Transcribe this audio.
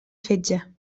fetge